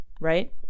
right